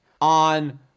on